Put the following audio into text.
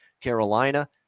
Carolina